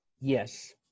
Yes